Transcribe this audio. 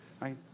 right